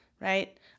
right